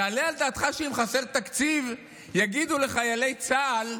יעלה על דעתך שאם חסר תקציב, יגידו לחיילי צה"ל: